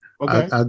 okay